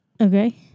okay